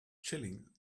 chilling